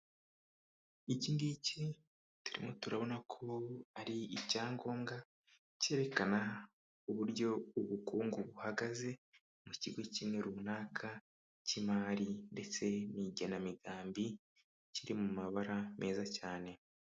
Iki ngiki turimo turabona ko ari icyangombwa cyerekana uburyo ubukungu buhagaze mu kigo kimwe runaka cy'imari ndetse n'igenamigambi, kiri mu mabara meza cyane.